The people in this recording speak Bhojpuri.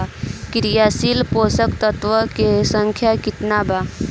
क्रियाशील पोषक तत्व के संख्या कितना बा?